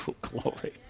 glory